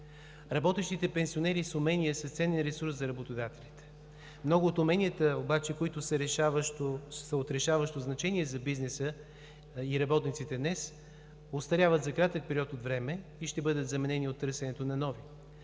Работещите пенсионери с умения са ценен ресурс за работодателите. Много от уменията обаче, които са от решаващо значение за бизнеса и работниците днес, остаряват за кратък период от време и ще бъдат заменени от търсенето на нови.